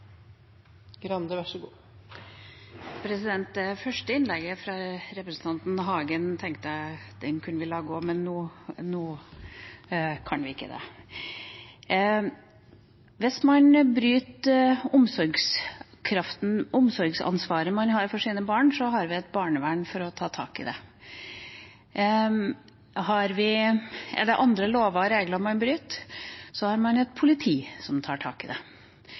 Hagen tenkte jeg vi kunne la gå, men nå kan vi ikke det. Hvis man bryter omsorgsansvaret man har for sine barn, har vi et barnevern for å ta tak i det. Er det andre lover og regler man bryter, har man et politi som tar tak i det.